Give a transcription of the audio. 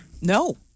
No